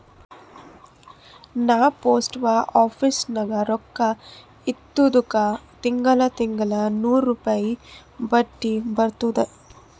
ನಾ post office ನಾಗ್ ರೊಕ್ಕಾ ಇಟ್ಟಿದುಕ್ ತಿಂಗಳಾ ತಿಂಗಳಾ ನೂರ್ ರುಪಾಯಿ ಬಡ್ಡಿ ಬರ್ತುದ್